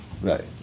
right